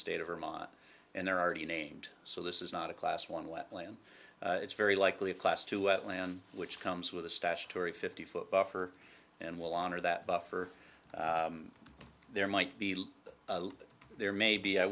state of vermont and they're already named so this is not a class one wetland it's very likely a class two wetland which comes with a statutory fifty foot buffer and will honor that buffer there might be there maybe i